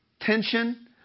tension